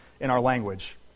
language